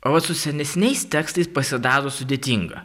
o vat su senesniais tekstais pasidaro sudėtinga